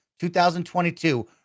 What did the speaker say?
2022